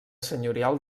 senyorial